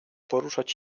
poruszać